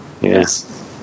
Yes